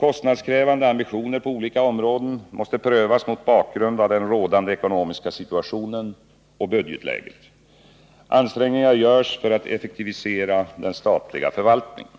Kostnadskrävande ambitioner på olika områden måste prövas mot bakgrund av den rådande ekonomiska situationen och budgetläget. Ansträngningar görs för att effektivisera den statliga förvaltningen.